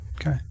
Okay